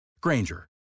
Granger